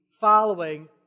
following